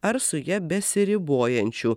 ar su ja besiribojančių